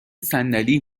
صندلی